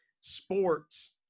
sports